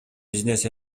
бизнес